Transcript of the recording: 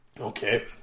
Okay